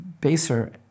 baser